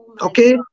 okay